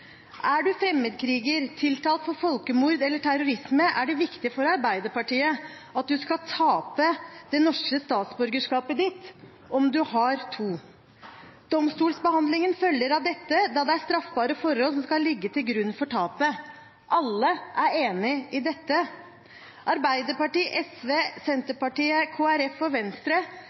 Er du fremmedkriger, tiltalt for folkemord eller terrorisme, er det viktig for Arbeiderpartiet at du skal tape det norske statsborgerskapet ditt om du har to. Domstolsbehandlingen følger av dette, da det er straffbare forhold som skal ligge til grunn for tapet. Alle er enig i dette, men Arbeiderpartiet, SV, Senterpartiet, Kristelig Folkeparti og Venstre